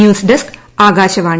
news desk Akashvani